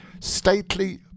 Stately